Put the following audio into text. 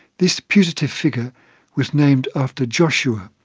this putative figure was named after joshua,